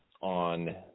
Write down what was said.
on